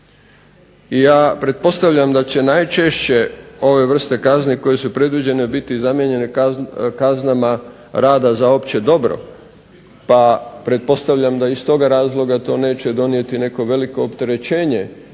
Ja pretpostavljam da će najčešće ove vrste kazne koje su predviđene biti zamijenjene kaznama rada za opće dobro pa pretpostavljam da iz toga razloga to neće donijeti neko veliko opterećenje,